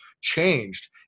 changed